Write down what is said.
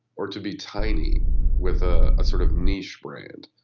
or to be tiny with a sort of niche brand.